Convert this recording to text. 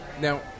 now